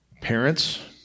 Parents